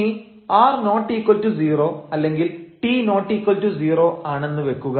ഇനി r≠0 അല്ലെങ്കിൽ t≠0 ആണെന്ന് വെക്കുക